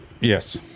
yes